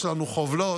יש לנו חובלות,